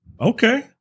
okay